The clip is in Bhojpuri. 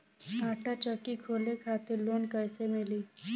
आटा चक्की खोले खातिर लोन कैसे मिली?